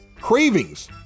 Cravings